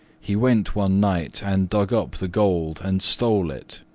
he went one night and dug up the gold and stole it.